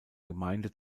gemeinde